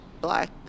Black